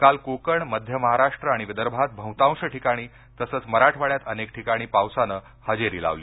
काल कोकण मध्य महाराष्ट्र आणि विदर्भात बहुतांश ठिकाणी तसंच मराठवाड्यात अनेक ठिकाणी पावसानं हजेरी लावली